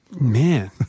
Man